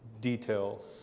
detail